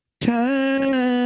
Time